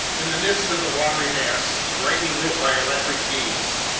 in the midst of the watery mass, brightly lit by our electric beams,